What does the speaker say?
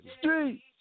Street